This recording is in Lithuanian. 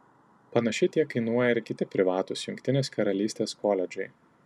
panašiai tiek kainuoja ir kiti privatūs jungtinės karalystės koledžai